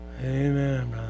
Amen